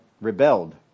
rebelled